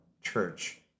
church